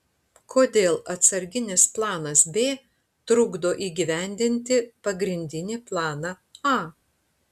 kodėl atsarginis planas b trukdo įgyvendinti pagrindinį planą a